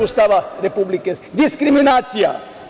Ustava Republike Srbije, diskriminacija.